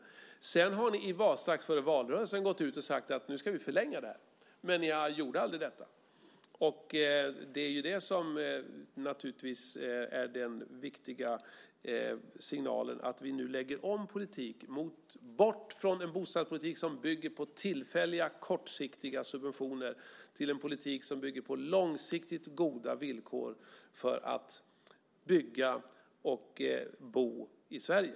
Sedan har ni i valrörelsen gått ut och sagt att ni ska förlänga det, men ni gjorde aldrig det. Den viktiga signalen nu är att vi lägger om politiken, bort från en bostadspolitik som bygger på tillfälliga kortsiktiga subventioner till en politik som bygger på långsiktigt goda villkor för att bygga och bo i Sverige.